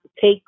take